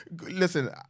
Listen